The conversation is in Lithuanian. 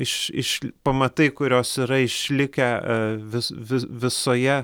iš iš pamatai kurios yra išlikę a vis vis visoje